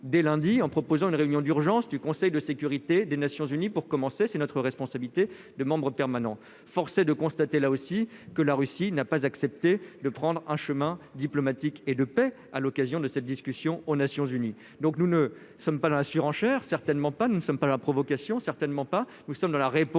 dès lundi en proposant une réunion d'urgence du Conseil de sécurité des Nations Unies pour commencer, c'est notre responsabilité de membre permanent, forcé de constater là aussi que la Russie n'a pas accepté de prendre un chemin diplomatique et de paix à l'occasion de cette discussion aux Nations-Unies, donc nous ne sommes pas dans la surenchère, certainement pas, nous ne sommes pas la provocation, certainement pas, nous sommes dans la réponse